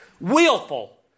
Willful